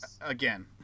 again